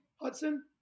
Hudson